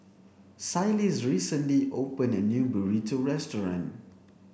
Phyliss recently opened a new burrito restaurant